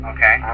Okay